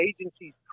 agencies